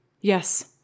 Yes